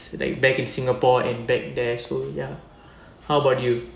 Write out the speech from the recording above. like back in singapore and back there so ya how about you